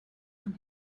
from